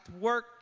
work